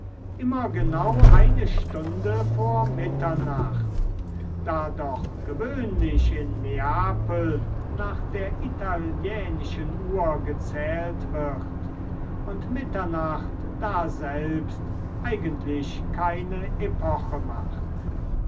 immer genau eine stunde vor mitternacht da doch gewöhnlich in neapel nach der italienischen uhr gezählt wird und mitternacht daselbst eigentlich keine epoche macht